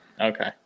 Okay